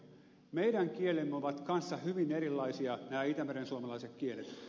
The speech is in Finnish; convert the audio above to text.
meidän kielemme ovat kanssa hyvin erilaisia nämä itämeren suomalaiset kielet